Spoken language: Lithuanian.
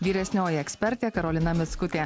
vyresnioji ekspertė karolina mickutė